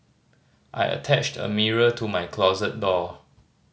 I attached a mirror to my closet door